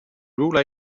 rule